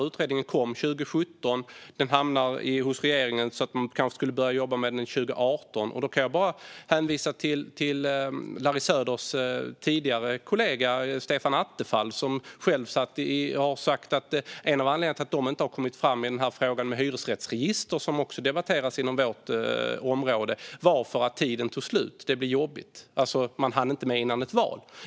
Utredningen kom 2017 och hamnade så att regeringen kanske kunde börja jobba med den 2018. Då kan jag bara hänvisa till Larry Söders tidigare kollega Stefan Attefall. Han har själv sagt att en av anledningarna till att de inte har kommit fram i frågan med hyresrättsregister, som också har debatterats inom vårt område, var att tiden tog slut. Det blev för jobbigt. Man hann inte med det före valet.